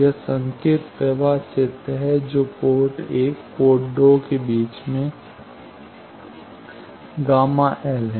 यह संकेत प्रवाह चित्र है जो पोर्ट 1 पोर्ट 2 और बीच में Γ L है